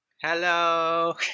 Hello